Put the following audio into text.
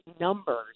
numbers